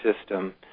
system